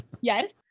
Yes